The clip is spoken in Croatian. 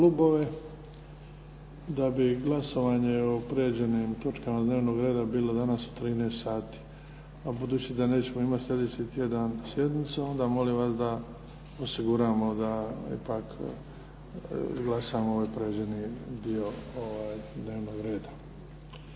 da bi glasovanje o prijeđenim točkama dnevnog reda bilo danas u 13,00 sati. A budući da nećemo imati sljedeći tjedan sjednicu, onda molim vas da osiguramo da ipak izglasamo ovaj prijeđeni dio dnevnog reda.